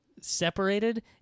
Separated